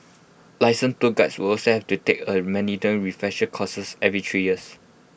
licensed tour Guides will also have to take A mandatory refresher courses every three years